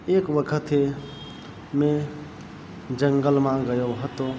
એક વખતે મેં જંગલમાં ગયો હતો